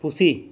ᱯᱩᱥᱤ